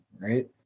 right